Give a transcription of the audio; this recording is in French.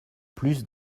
plus